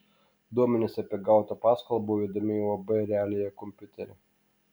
duomenys apie gautą paskolą buvo įvedami į uab realija kompiuterį